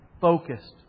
focused